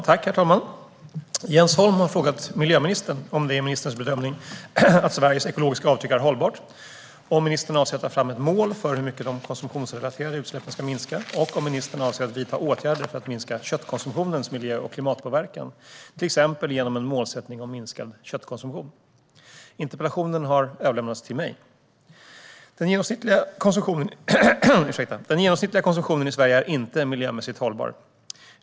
Herr talman! Jens Holm har frågat miljöministern om det är ministerns bedömning att Sveriges ekologiska avtryck är hållbart, om ministern avser att ta fram ett mål för hur mycket de konsumtionsrelaterade utsläppen ska minska och om ministern avser att vidta åtgärder för att minska köttkonsumtionens miljö och klimatpåverkan, till exempel genom en målsättning om minskad köttkonsumtion. Interpellationen har överlämnats till mig. Den genomsnittliga konsumtionen i Sverige är inte miljömässigt hållbar.